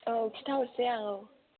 औ खिन्था हरनोसै आं औ